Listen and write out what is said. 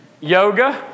yoga